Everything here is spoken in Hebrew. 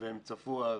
והם צפו אז,